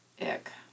ick